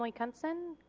like kuntson.